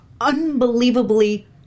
unbelievably